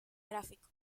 gráfico